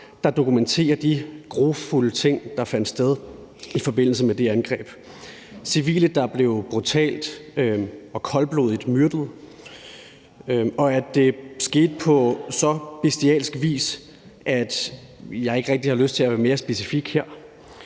der dokumenterer de grufulde ting, der fandt sted i forbindelse med det angreb: Civile blev brutalt og koldblodigt myrdet, og det skete på så bestialsk vis, at jeg ikke rigtig har lyst til at være mere specifik her.